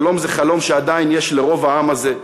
שלום זה חלום שעדיין יש לרוב העם הזה,